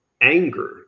anger